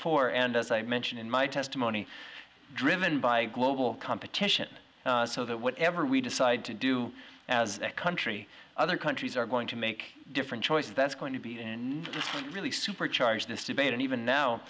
for and as i mentioned in my testimony driven by global competition so that whatever we decide to do as a country other countries are going to make different choices that's going to be and really supercharge this debate and even now